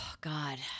god